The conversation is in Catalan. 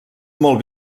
molt